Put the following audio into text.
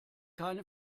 keine